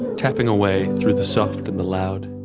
tapping away through the soft and the loud,